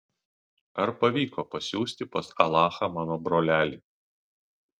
ar pavyko pasiųsti pas alachą mano brolelį